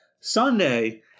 Sunday